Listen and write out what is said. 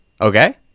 Okay